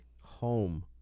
home